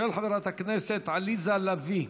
של חברת הכנסת עליזה לביא,